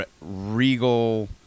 regal